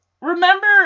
remember